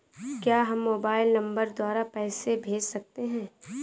क्या हम mobile number द्वारा पैसे भेज सकते हैं?